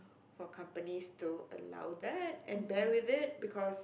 but companies don't allow that and bear with it because